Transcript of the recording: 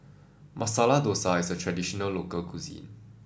Masala Dosa is a traditional local cuisine